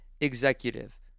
executive